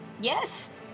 Yes